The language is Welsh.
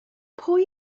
pwy